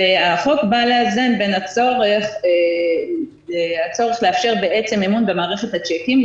החוק בא לאזן בין הצורך לאפשר אמון במערכת הצ'קים,